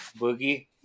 Boogie